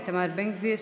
איתמר בן גביר,